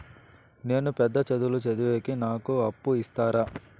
నేను పెద్ద చదువులు చదివేకి నాకు అప్పు ఇస్తారా